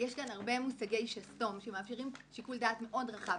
יש כאן הרבה מושגי שסתום שמאפשרים שיקול דעת מאוד רחב.